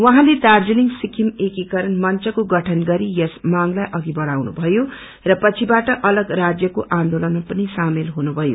उहाँले दाज्रेलिङ सिक्किम एकीकरण मंत्राको गठन गरी यस मांगलाई अघि बढ़ाउनुभयो र पछिबाट अलग राज्यको आन्दोलनमा पनि शामेल हुनुभयो